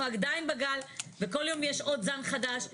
אנחנו עדיין בגל וכל יום יש עוד זן חדש,